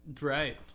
right